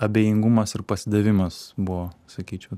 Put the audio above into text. abejingumas ir pasidavimas buvo sakyčiau